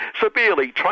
Severely